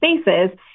spaces